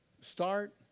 Start